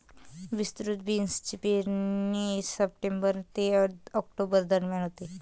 विस्तृत बीन्सची पेरणी सप्टेंबर ते ऑक्टोबर दरम्यान होते